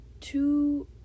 two